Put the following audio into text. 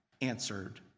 answered